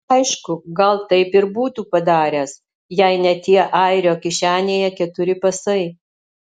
aišku gal taip ir būtų padaręs jei ne tie airio kišenėje keturi pasai